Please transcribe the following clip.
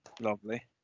lovely